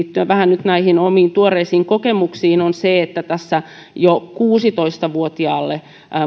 vähän nyt näihin omiin tuoreisiin kokemuksiin on se että tässä jo kuusitoista vuotiaalle